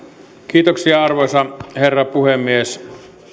minuuttia arvoisa herra puhemies